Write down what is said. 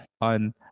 on